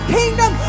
kingdom